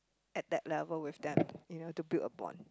at that level with them you know to build a bond